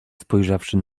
spojrzawszy